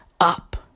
up